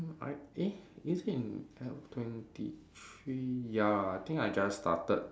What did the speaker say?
I eh is it in L twenty three ya I think I just started